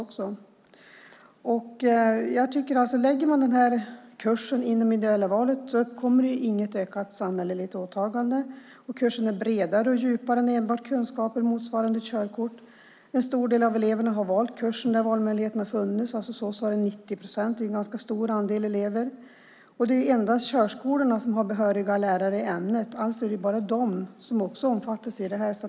Om man lägger kursen inom det individuella valet uppkommer inget ökat samhälleligt åtagande. Kursen är bredare och djupare än enbart kunskaper motsvarande ett körkort. En stor del av eleverna har valt kursen där valmöjligheten har kommit. Hos oss är det alltså 90 procent - en ganska stor andel elever. Det är endast körskolorna som har behöriga lärare i ämnet. Alltså är det bara de som omfattas av detta.